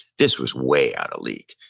this was way out of league.